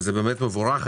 זה באמת מבורך.